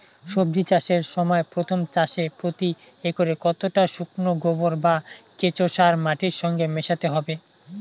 সবজি চাষের সময় প্রথম চাষে প্রতি একরে কতটা শুকনো গোবর বা কেঁচো সার মাটির সঙ্গে মেশাতে হবে?